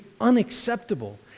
unacceptable